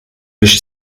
wischt